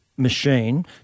Machine